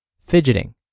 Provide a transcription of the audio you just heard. fidgeting